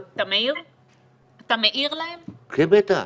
כן, בטח.